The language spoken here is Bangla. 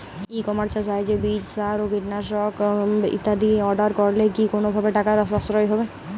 ই কমার্সের সাহায্যে বীজ সার ও কীটনাশক ইত্যাদি অর্ডার করলে কি কোনোভাবে টাকার সাশ্রয় হবে?